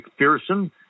McPherson